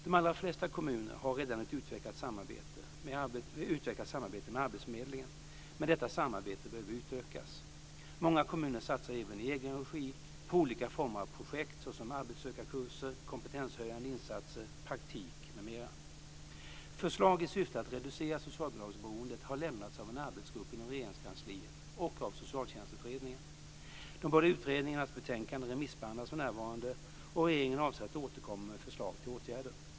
De allra flesta kommuner har redan ett utvecklat samarbete med arbetsförmedlingen, men detta samarbete behöver utökas. Många kommuner satsar även i egen regi på olika former av projekt såsom arbetssökarkurser, kompetenshöjande insatser, praktik m.m. Förslag i syfte att reducera socialbidragsberoendet har lämnats av en arbetsgrupp inom Regeringskansliet och av Socialtjänstutredningen. De båda utredningarnas betänkanden remissbehandlas för närvarande, och regeringen avser att återkomma med förslag till åtgärder.